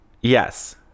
Yes